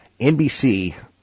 NBC